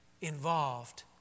involved